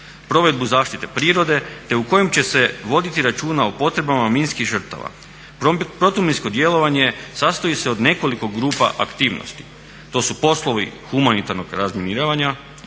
provedbu zaštite prirode te u kojem će se voditi računa o potrebama minskih žrtava. Protuminsko djelovanje sastoji se od nekoliko grupa aktivnosti. To su poslovi humanitarnog razminiravanja,